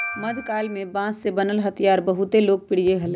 मध्यकाल में बांस से बनल हथियार बहुत लोकप्रिय हलय